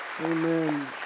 Amen